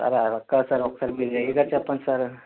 sir అది కాదు sir ఒకసారి మీ ఏఈ గారికి చెప్పండి సారు